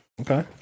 okay